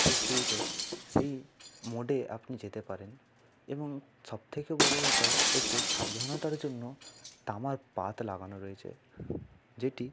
সেই ইস্তিরিকে সেই মোডে আপনি যেতে পারেন এবং সব থেকে বড়ো ব্যাপার এতে সাবধানতার জন্য তামার পাত লাগানো রয়েছে যেটি